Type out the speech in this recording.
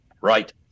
Right